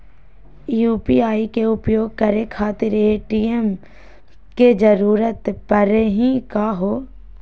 UPI के उपयोग करे खातीर ए.टी.एम के जरुरत परेही का हो?